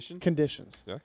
conditions